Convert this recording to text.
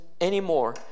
anymore